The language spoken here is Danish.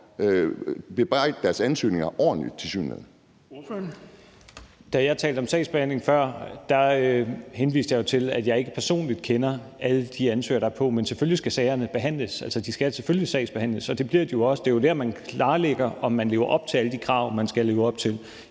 Ordføreren. Kl. 10:47 Rasmus Stoklund (S): Da jeg talte om sagsbehandling før, henviste jeg til, at jeg ikke personligt kender alle de ansøgere, der er på. Men selvfølgelig skal sagerne behandles. De skal selvfølgelig sagsbehandles, og det bliver de jo også. Det er jo der, hvor det klarlægges, om man lever op til alle de krav, man skal leve op til,